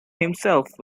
himself